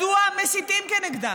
מדוע מסיתים נגדם?